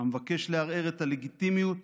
המבקש לערער את הלגיטימיות